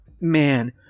Man